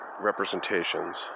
representations